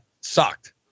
sucked